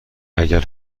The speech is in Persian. اگر